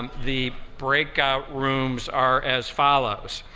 um the breakout rooms are as follows.